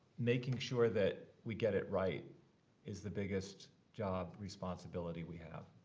making sure that we get it right is the biggest job responsibility we have.